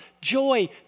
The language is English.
joy